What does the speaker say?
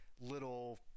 little